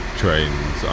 trains